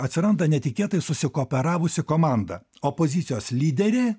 atsiranda netikėtai susikooperavusi komanda opozicijos lyderė